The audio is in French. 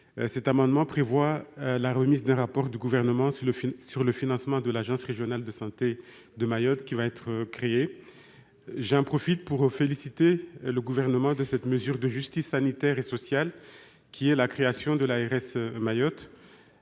Cet amendement tend à demander la remise d'un rapport du Gouvernement sur le financement de l'agence régionale de santé de Mayotte, qui va être créée. J'en profite pour féliciter le Gouvernement de cette mesure de justice sanitaire et sociale et pour souligner les efforts